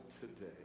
today